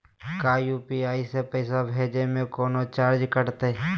का यू.पी.आई से पैसा भेजे में कौनो चार्ज कटतई?